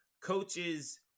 coaches